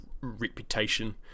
reputation